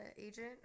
agent